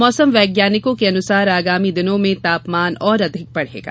मौसम वैज्ञानिकों के अनुसार आगामी दिनों में तापमान और अधिक बढ़ेगा